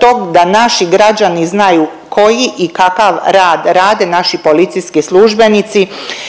tog da naši građani znaju koji i kakav rad rade naši policijski službenici